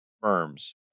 firms